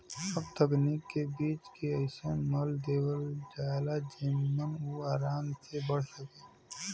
अब तकनीक से बीज के अइसन मल देवल जाला जेमन उ आराम से बढ़ सके